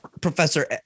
Professor